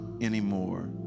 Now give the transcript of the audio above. anymore